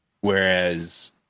whereas